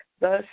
Thus